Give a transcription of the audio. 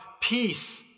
peace